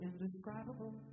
indescribable